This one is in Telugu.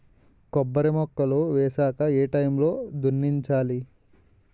కొబ్బరి మొక్కలు వేసాక ఏ ఏ టైమ్ లో దున్నించాలి?